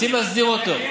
רוצים להסדיר אותו,